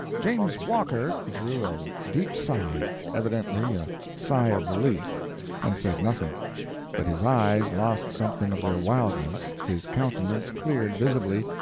james walker drew a deep sigh evidently a sigh of relief and said nothing but his eyes lost something of their wildness, his countenance cleared visibly,